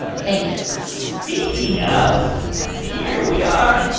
thank you speaking of, here we are.